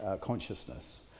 consciousness